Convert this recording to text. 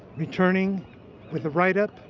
returning with a writeup